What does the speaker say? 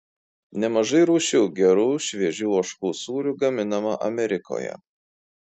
nemažai rūšių gerų šviežių ožkų sūrių gaminama amerikoje